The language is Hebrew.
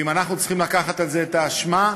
ואם אנחנו צריכים לקחת על זה את האשמה,